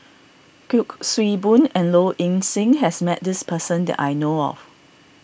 Kuik Swee Boon and Low Ing Sing has met this person that I know of